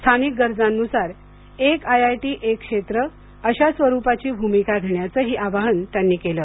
स्थानिक गरजांनुसार एक आयआयटी एक क्षेत्र अशा स्वरूपाची भूमिका घेण्याचंही आवाहन त्यांनी केलं